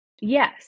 Yes